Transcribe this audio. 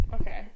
okay